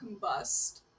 combust